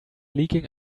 leaking